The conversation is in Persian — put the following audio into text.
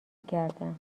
کردم